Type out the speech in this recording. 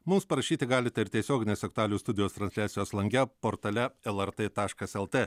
mums parašyti galite ir tiesioginės aktualijų studijos transliacijos lange portale lrt taškas lt